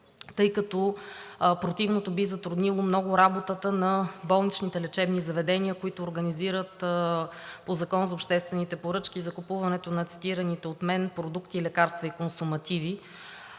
тъй като противното би затруднило много работата на болничните лечебни заведения, които организират по Закона за обществените поръчки закупуването на цитираните от мен продукти, лекарства и консумативи.